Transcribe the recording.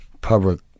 public